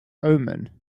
omen